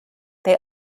they